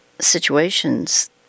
situations